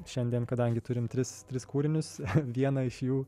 šiandien kadangi turim tris tris kūrinius vieną iš jų